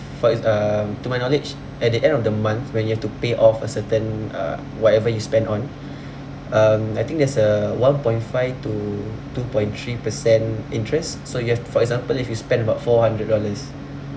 for its um to my knowledge at the end of the month when you have to pay off a certain uh whatever you spend on um I think there's a one point five to two point three percent interest so you have for example if you spend about four hundred dollars